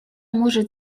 может